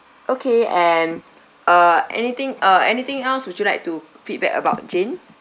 okay and uh anything uh anything else would you like to feedback about jane